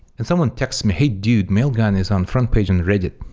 and someone texted me, hey, dude. mailgun is on front page on reddit.